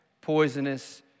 poisonous